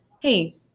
hey